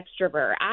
extrovert